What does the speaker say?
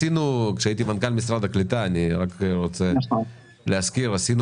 כשהייתי מנכ"ל משרד הקליטה אני רק רוצה להזכיר עשינו